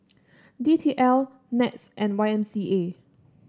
D T L NETS and Y M C A